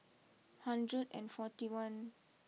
hundred and forty one